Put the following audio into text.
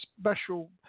special